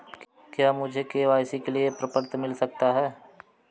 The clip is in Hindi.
क्या मुझे के.वाई.सी के लिए प्रपत्र मिल सकता है?